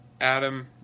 Adam